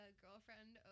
girlfriend